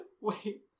Wait